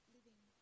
Living